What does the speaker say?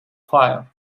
fire